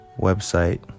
website